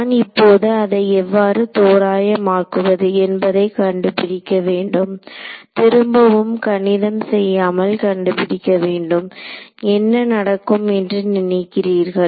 நான் இப்போது அதை எவ்வாறு தோராயமாக்குவது என்பதை கண்டுபிடிக்க வேண்டும் திரும்பவும் கணிதம் செய்யாமல் கண்டுபிடிக்க வேண்டும் என்ன நடக்கும் என்று நினைக்கிறீர்கள்